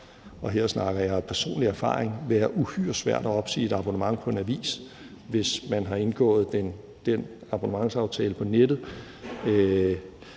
og her snakker jeg af personlig erfaring – være uhyre svært at opsige et abonnement på en avis, hvis man har indgået den abonnementsaftale på nettet;